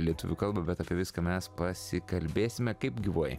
lietuvių kalbą bet apie viską mes pasikalbėsime kaip gyvuoji